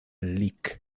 lic